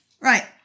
Right